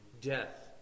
death